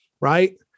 Right